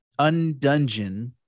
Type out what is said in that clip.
Undungeon